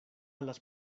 las